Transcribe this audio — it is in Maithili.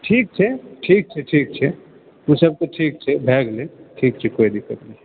ठीक छै ठीक छै ठीक छै ओ सब तऽ ठीक छै भए गेलै ठीक छै कोइ दिक्कत नहि छै